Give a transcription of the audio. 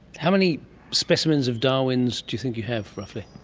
how many specimens of darwin's do you think you have roughly?